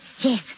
Yes